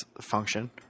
function